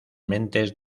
mentes